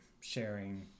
sharing